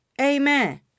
Amen